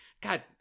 God